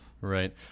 Right